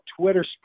Twitter